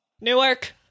Newark